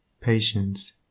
patience